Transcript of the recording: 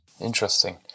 Interesting